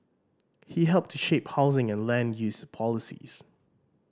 he helped to shape housing and land use policies